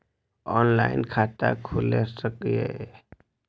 Online खाता खुल सके ये?